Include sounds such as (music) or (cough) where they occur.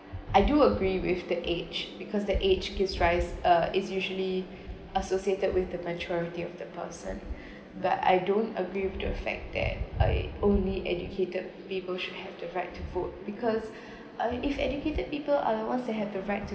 I do agree with the age because the age gives rise uh is usually associated with the maturity of the person (breath) but I don't agree with the fact that I only educated people should have the right to vote because uh if educated people are the ones they have the right to